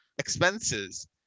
Expenses